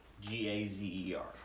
G-A-Z-E-R